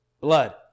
blood